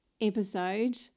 episode